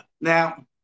now